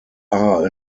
are